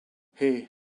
hey